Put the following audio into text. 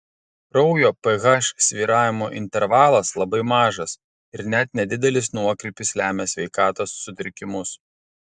kraujo ph svyravimo intervalas labai mažas ir net nedidelis nuokrypis lemia sveikatos sutrikimus